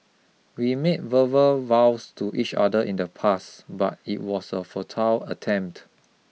we made verbal vows to each other in the past but it was a futile attempt